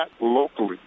locally